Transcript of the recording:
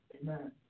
Amen